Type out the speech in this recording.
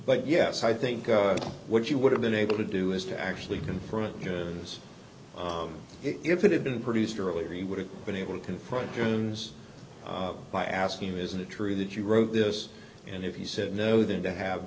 but yes i think what you would have been able to do is to actually confront this if it had been produced earlier you would have been able to confront jones by asking him isn't it true that you wrote this and if he said no then to have